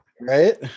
right